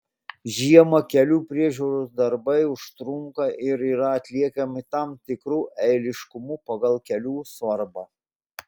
žiemą kelių priežiūros darbai užtrunka ir yra atliekami tam tikru eiliškumu pagal kelių svarbą